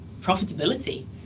profitability